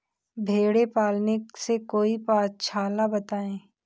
भेड़े पालने से कोई पक्षाला बताएं?